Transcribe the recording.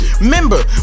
Remember